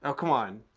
ah come on.